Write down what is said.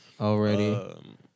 already